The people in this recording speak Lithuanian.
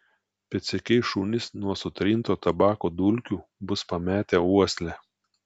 pėdsekiai šunys nuo sutrinto tabako dulkių bus pametę uoslę